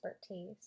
expertise